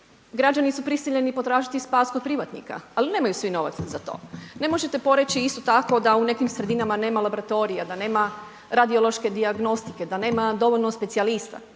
Građani su prisiljeni potražiti spas kod privatnika, ali nemaju svi novaca za to. Ne možete poreći, isto tako, da u nekim sredinama nema laboratorija, da nema, radiološke dijagnostike, da nema dovoljno specijalista,